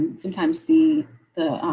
sometimes the